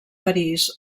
parís